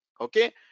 okay